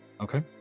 Okay